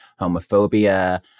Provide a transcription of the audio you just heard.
homophobia